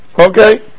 Okay